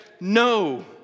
No